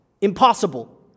impossible